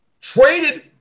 traded